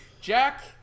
Jack